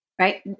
right